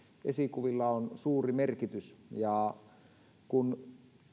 esikuvilla on suuri merkitys kun